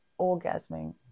orgasming